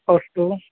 अस्तु